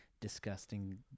disgusting